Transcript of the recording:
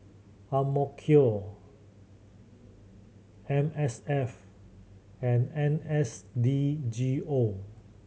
Amico M S F and N S D G O